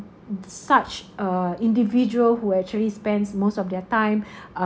such a individual who actually spends most of their time